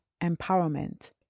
empowerment